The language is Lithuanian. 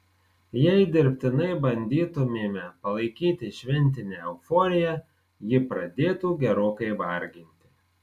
jei dirbtinai bandytumėme palaikyti šventinę euforiją ji pradėtų gerokai varginti